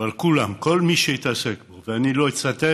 אבל כולם, כל מי שהתעסק, ואני לא אצטט,